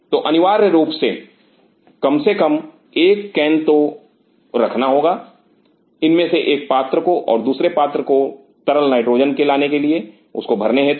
तो अनिवार्य रूप से कम से कम एक कैन तो रखना होगा इनमें से एक पात्र को और दूसरे पात्र को तरल नाइट्रोजन को लाने के लिए उसको भरने हेतु